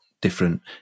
different